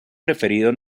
preferido